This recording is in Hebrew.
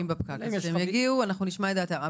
כשהם יגיעו, נשמע את דעתם.